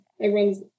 everyone's